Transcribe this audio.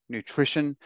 nutrition